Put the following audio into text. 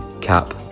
cap